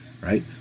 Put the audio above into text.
right